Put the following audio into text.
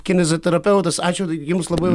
kineziterapeutas ačiū jums labai